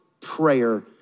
prayer